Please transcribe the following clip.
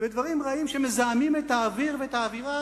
ודברים רעים שמזהמים את האוויר ואת האווירה